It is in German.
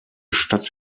stadt